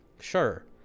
sure